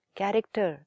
character